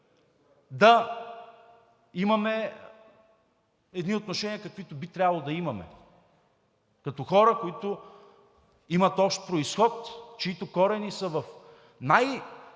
да имаме едни отношения, каквито би трябвало да имаме, като хора, които имат общ произход, чиито корени са в